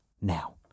Now